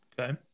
Okay